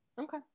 Okay